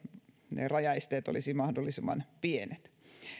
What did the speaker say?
ne rajaesteet olisivat mahdollisimman pienet